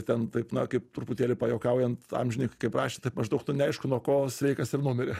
ten taip na kaip truputėlį pajuokaujant amžininkai kaip rašė tai maždaug nu neaišku nuo ko sveikas ir numirė